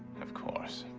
of course.